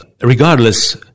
regardless